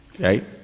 right